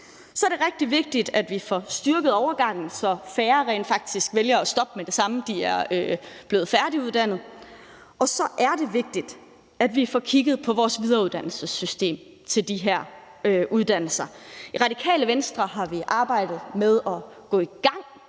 Så er det rigtig vigtigt, at vi får styrket overgangen, så færre rent faktisk vælger at stoppe med det samme, når de er blevet færdiguddannet, og så er det også vigtigt, at vi får kigget på vores videreuddannelsessystem til de her uddannelser. I Radikale Venstre har vi arbejdet med at gå i gang